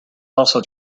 also